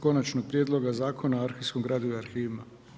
Konačnog prijedloga Zakona o arhivskom gradivu i arhivima.